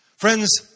Friends